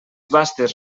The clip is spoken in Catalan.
vastes